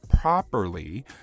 properly